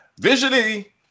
visually